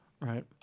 Right